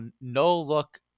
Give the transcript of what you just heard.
no-look